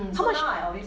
how much